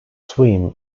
swim